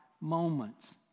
moments